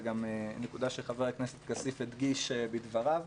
זאת גם נקודה שחבר הכנסת כסיף הדגיש בדבריו.